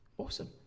Awesome